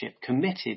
committed